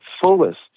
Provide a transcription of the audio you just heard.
fullest